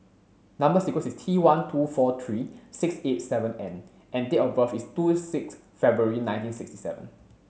number sequence is T one two four three six eight seven N and date of birth is two six February nineteen sixty seven